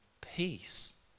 peace